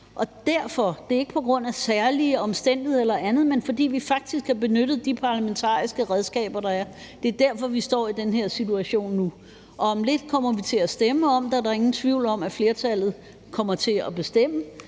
os mest, og det er ikke på grund af særlige omstændigheder eller andet, men fordi vi faktisk har benyttet de parlamentariske redskaber, der er, vi nu står i den her situation. Og om lidt kommer vi til at stemme om det, og der er ingen tvivl om, at flertallet kommer til at bestemme,